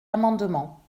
amendement